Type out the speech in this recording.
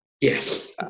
Yes